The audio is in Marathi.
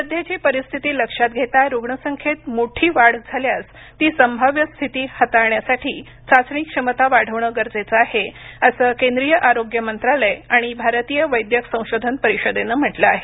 सध्याची परिस्थिती लक्षात घेता रुग्णसंख्येत मोठी वाढ झाल्यास ती संभाव्य स्थिती हाताळण्यासाठी चाचणी क्षमता वाढवणं गरजेचं आहे असं केंद्रीय आरोग्य मंत्रालय आणि भारतीय वैद्यक संशोधन परिषदेनं म्हटलं आहे